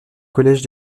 collège